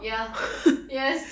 ya yes